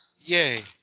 Yay